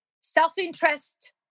self-interest